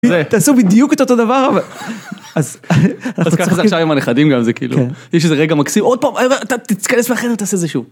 תעשו בדיוק את אותו דבר, אז ככה זה עכשיו עם הנכדים גם זה כאילו, יש איזה רגע מקסים, עוד פעם תכנס לחדר תעשה זה שוב.